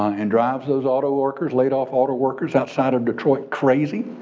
and drives those auto workers, laid off auto workers outside of detroit crazy?